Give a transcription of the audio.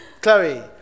chloe